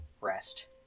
rest